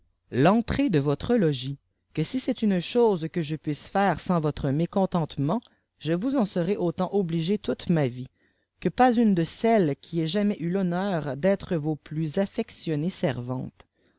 l'entrée de votre logis que si c'est une chose que je puisse faire sans votre mécontentement je vous en serai autant obligée toute ma vie que pas une de celles qui aient jamais eu l'bonneur d'être vos plus affectionnées servantes